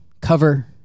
cover